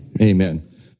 Amen